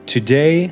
Today